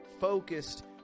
Focused